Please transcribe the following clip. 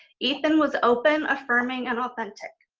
ethan was open, affirming and authentic.